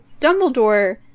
dumbledore